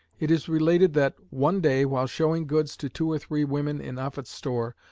it is related that one day while showing goods to two or three women in offutt's store,